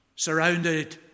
Surrounded